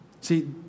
See